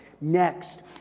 Next